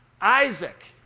Isaac